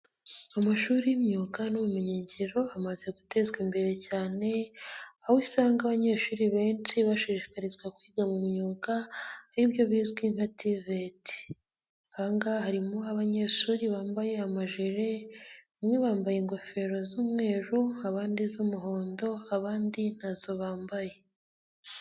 Amashuri y'imyuga n'ubumenyingiro amaze gutezwa imbere cyane aho usanga abanyeshuri benshi bashishikarizwa kwiga mu myuga ari byo bizwi nka TVET, aha ngaha harimo abanyeshuri bambaye amajire bamwe bambaye ingofero z'umweru, abandi iz'umuhondo, abandi ntazo bambaye.